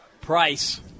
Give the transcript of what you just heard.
Price